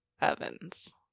ovens